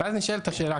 ואז נשאלת השאלה,